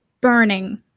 burning